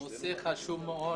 מאוד